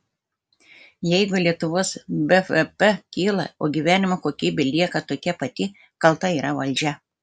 jeigu lietuvos bvp kyla o gyvenimo kokybė lieka tokia pati kalta yra valdžia